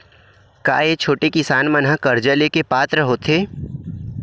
का छोटे किसान मन हा कर्जा ले के पात्र होथे?